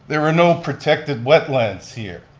there were no protected wetlands here.